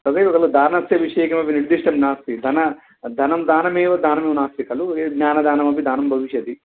तदेव खलु दानस्य विषये किमपि निर्दिष्टं नास्ति धन धनं दानमेव दानो नास्ति खलु ज्ञानदानमपि दानं भविष्यति